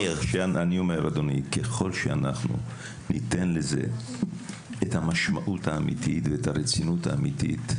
ככל שניתן לזה את המשמעות והרצינות האמיתית,